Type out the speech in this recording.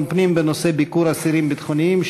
הפנים בנושא: ביקור אסירים ביטחוניים,